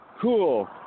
Cool